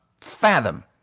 fathom